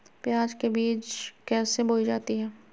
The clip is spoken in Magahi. प्याज के बीज कैसे बोई जाती हैं?